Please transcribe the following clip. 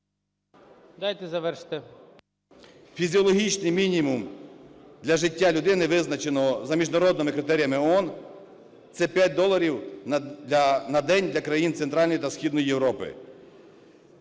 Дайте завершити. ПАЦКАН В.В. Фізіологічний мінімум для життя людини визначено за міжнародними критеріями ООН – це 5 доларів на день для країн Центральної та Східної Європи.